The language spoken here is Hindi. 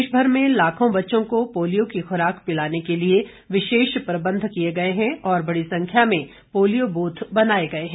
प्रदेश भर में लाखों बच्चों को पोलियो की खुराक पिलाने के लिए विशेष प्रबंध किए गए हैं और बड़ी संख्या में पोलियो बूथ बनाए गए हैं